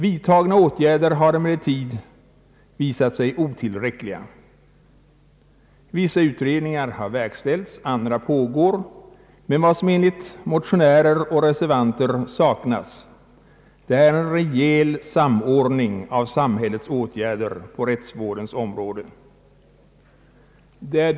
Vidtagna åtgärder har emellertid visat sig otillräckliga. Vissa utredningar har verkställts. Andra pågår. Men vad som enligt motionärer och reservanter saknas är en rejäl samordning av samhällets åtgärder på rättsvårdens område.